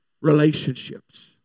Relationships